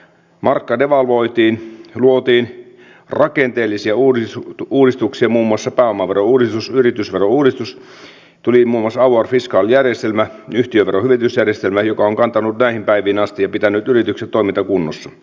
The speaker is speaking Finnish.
markka devalvoitiin luotiin rakenteellisia uudistuksia muun muassa pääomaverouudistus yritysverouudistus tuli muun muassa avoir fiscal järjestelmä yhtiöveron hyvitysjärjestelmä joka on kantanut näihin päiviin asti ja pitänyt yritykset toimintakunnossa